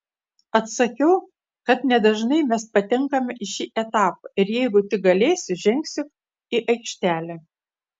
atsakiau kad nedažnai mes patenkame į šį etapą ir jeigu tik galėsiu žengsiu į aikštę